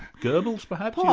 goebels perhaps? ah